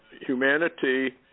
humanity